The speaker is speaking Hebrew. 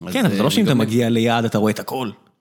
כן זה לא שאם אתה מגיע ליעד אתה רואה את הכל.